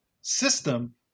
system